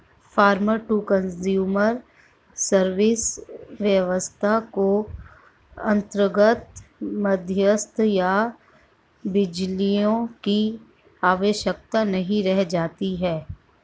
farmer to consumer service व्यवस्था के अंतर्गत मध्यस्थ या बिचौलिए की आवश्यकता नहीं रह जाती है